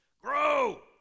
grow